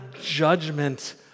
judgment